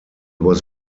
was